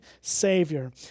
Savior